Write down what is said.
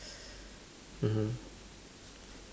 mmhmm